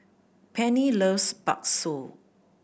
Pennie loves Bakso